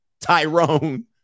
Tyrone